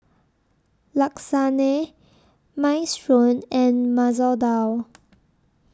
Lasagne Minestrone and Masoor Dal